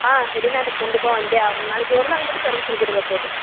ஆ Helena அதுக்கு கண்டிப்பாக வந்தே ஆகணும் நாளைக்கு ஒரு நாள் மட்டும் பெர்மிஷன் கொடுங்க போதும்